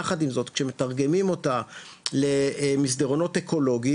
יחד עם זאת כשמתרגמים אותה למסדרונות אקולוגיים,